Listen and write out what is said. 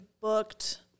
booked